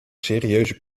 serieuze